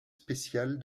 spéciale